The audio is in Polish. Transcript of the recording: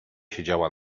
siedziała